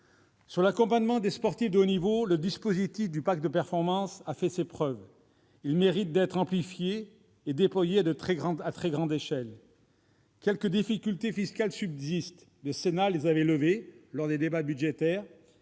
de l'accompagnement des sportifs de haut niveau, le dispositif du pacte de performance a fait ses preuves. Il mérite d'être amplifié et déployé à très grande échelle. Quelques difficultés fiscales subsistent : le Sénat les avait levées lors des débats budgétaires